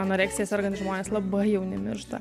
anoreksija sergantys žmonės labai jauni miršta